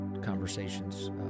conversations